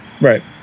Right